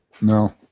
No